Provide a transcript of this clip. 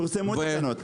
פורסמו תקנות.